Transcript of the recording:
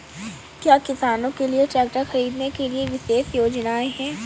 क्या किसानों के लिए ट्रैक्टर खरीदने के लिए विशेष योजनाएं हैं?